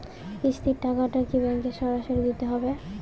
কিস্তির টাকা কি ব্যাঙ্কে সরাসরি দিতে হবে?